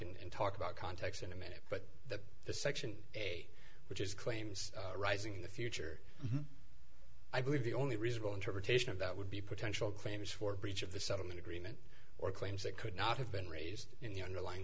back and talk about context in a minute but the section which is claims arising in the future i believe the only reasonable interpretation of that would be potential claims for breach of the settlement agreement or claims that could not have been raised in the underlying